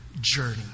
journey